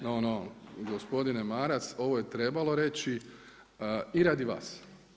No, gospodine Maras ovo je trebalo reći i radi vas.